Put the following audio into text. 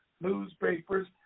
newspapers